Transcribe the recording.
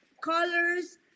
colors